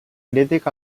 crític